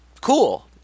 cool